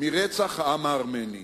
מרצח העם הארמני.